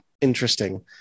interesting